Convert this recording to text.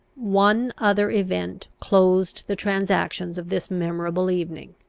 one other event closed the transactions of this memorable evening.